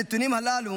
הנתונים הללו